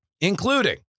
including